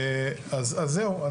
אז זהו,